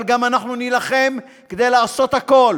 אבל גם נילחם כדי לעשות הכול